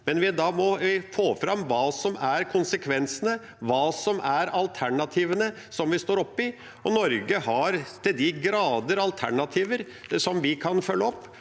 men da må vi få fram hva som er konsekvensene, hva som er alternativene vi står oppe i. Norge har til de grader alternativer som vi kan følge opp.